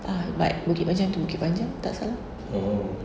ah but bukit panjang to bukit panjang tak salah